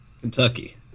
Kentucky